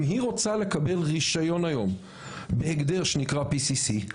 אם היא רוצה לקבל רישיון היום בהגדר שנקרא PCC,